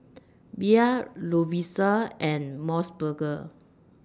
Bia Lovisa and Mos Burger